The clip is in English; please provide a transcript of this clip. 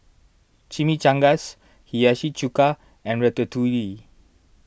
Chimichangas Hiyashi Chuka and Ratatouille